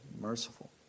merciful